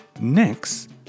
Next